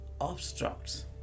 obstructs